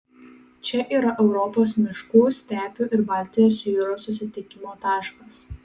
čia yra europos miškų stepių ir baltijos jūros susitikimo taškas